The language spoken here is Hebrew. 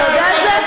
אתה יודע את זה?